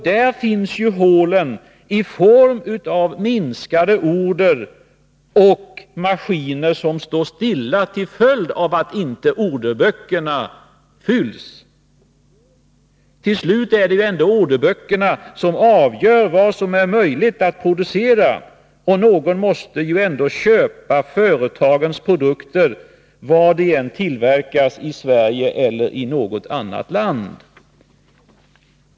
Där finns hålen i form av minskade order och maskiner som står stilla till följd av att orderböckerna inte fylls. Till slut är det ändå orderböckerna som avgör vad som är möjligt att producera. Någon måste ju köpa företagens produkter, var de än tillverkas — i Sverige eller i något annat land.